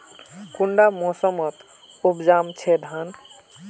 कुंडा मोसमोत उपजाम छै धान?